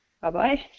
Bye-bye